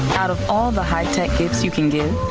out of all the hype tickets you can do.